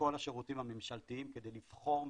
לכל השירותים הממשלתיים כדי לבחור מהם.